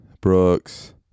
Brooks